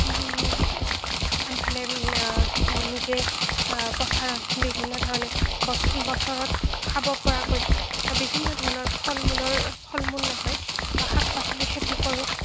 আনফালে নিজে পথাৰত বিভিন্ন ধৰণে বছৰত খাব পৰাকৈ বিভিন্ন ধৰণৰ ফল মূলৰ ফল মূল নহয় শাক পাচলিৰ খেতি কৰোঁ